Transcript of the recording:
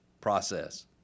process